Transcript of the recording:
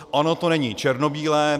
Ono to není černobílé.